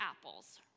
apples